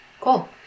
Cool